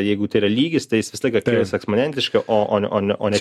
jeigu tai yra lygis tai jis visą laiką kils eksponentiškai o ne o ne o ne